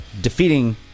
defeating